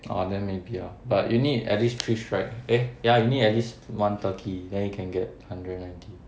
orh then maybe lor but you need at least three strikes eh ya you need at least one turkey then you can get hundred and ninety